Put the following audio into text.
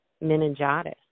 meningitis